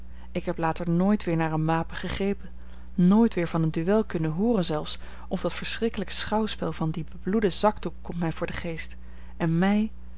ik heb later nooit weer naar een wapen gegrepen nooit weer van een duel kunnen hooren zelfs of dat verschrikkelijk schouwspel van dien bebloeden zakdoek komt mij voor den geest en mij